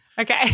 Okay